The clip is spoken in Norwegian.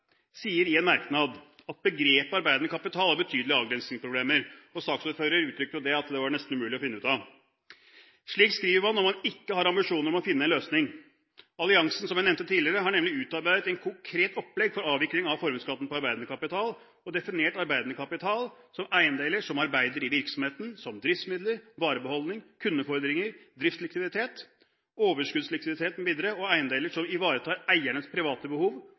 sier i en merknad at når det gjelder begrepet «arbeidende kapital», er det betydelige avgrensingsproblemer. Saksordføreren sa at det nesten var umulig å finne ut av det. Slik skriver man når man ikke har ambisjoner om å finne en løsning. Alliansen, som jeg nevnte tidligere, har nemlig utarbeidet et konkret opplegg for avvikling av formuesskatten på arbeidende kapital og definert arbeidende kapital som eiendeler som arbeider i virksomheten, som driftsmidler, varebeholdning, kundefordringer, driftslikviditet. Overskuddslikviditet mv. og eiendeler som ivaretar eiernes private behov,